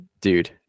dude